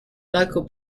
local